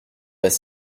pas